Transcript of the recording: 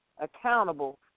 accountable